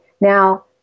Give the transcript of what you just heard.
Now